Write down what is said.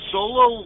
Solo